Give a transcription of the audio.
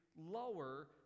lower